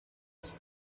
fils